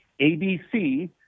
ABC